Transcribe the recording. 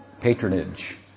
patronage